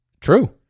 True